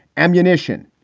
ammunition,